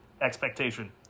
Expectation